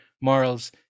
morals